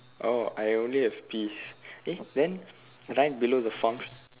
oh I only have peas eh then right below the farm shop